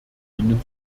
ihnen